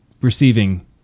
receiving